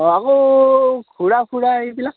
অ' আকৌ ঘূৰা ফুৰা এইবিলাক